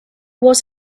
was